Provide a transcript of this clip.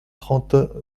trente